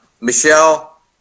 michelle